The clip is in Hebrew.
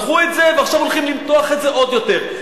מתחו את זה ועכשיו הולכים למתוח את זה עוד יותר.